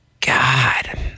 God